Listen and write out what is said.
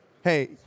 hey